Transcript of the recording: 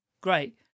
Great